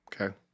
Okay